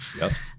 yes